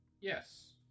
Yes